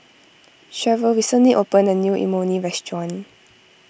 Sharyl recently opened a new Imoni Restaurant